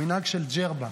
מנהג של ג'רבה.